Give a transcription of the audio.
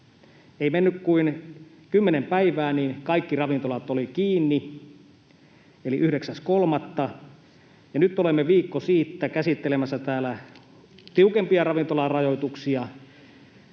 Ei mennyt kuin kymmenen päivää, niin kaikki ravintolat olivat kiinni — eli 9.3. — ja nyt olemme viikko siitä käsittelemässä täällä tiukempia ravintolarajoituksia.